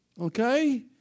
Okay